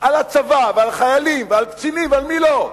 על הצבא, על חיילים, על קצינים ועל מי לא,